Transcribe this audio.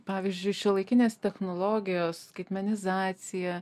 pavyzdžiui šiuolaikinės technologijos skaitmenizacija